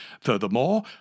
Furthermore